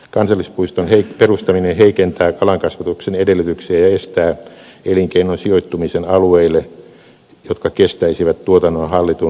kansallispuiston perustaminen heikentää kalankasvatuksen edellytyksiä ja estää elinkeinon sijoittumisen alueille jotka kestäisivät tuotannon hallitun lisäämisen